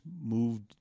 moved